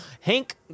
Hank